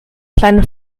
kleine